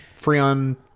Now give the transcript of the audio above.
Freon